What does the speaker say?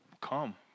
Come